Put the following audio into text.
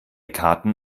karten